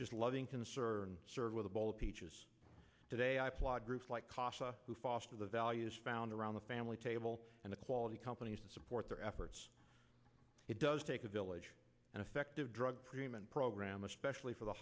just loving concern serve with a bowl of peaches today i applaud groups like casa who foster the values found around the family table and the quality companies to support their efforts it does take a village and effective drug treatment program especially for the